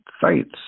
sites